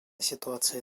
ситуации